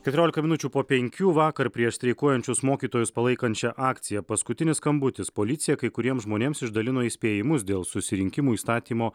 keturiolika minučių po penkių vakar prieš streikuojančius mokytojus palaikančią akciją paskutinis skambutis policija kai kuriems žmonėms išdalino įspėjimus dėl susirinkimų įstatymo